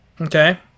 Okay